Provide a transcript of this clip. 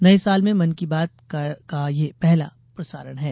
नये साल में मन की बात का यह पहला प्रसारण है